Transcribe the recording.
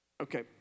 Okay